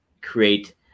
create